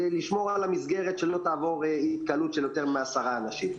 ולשמור על המסגרת שלא תעבור התקהלות של יותר מעשרה אנשים.